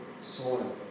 soil